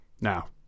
Now